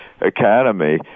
academy